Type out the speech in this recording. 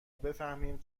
بفهمیم